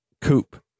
coupe